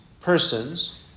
persons